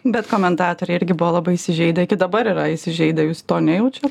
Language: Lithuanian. bet komentatoriai irgi buvo labai įsižeidę iki dabar yra įsižeidę jūs to nejaučiat